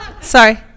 Sorry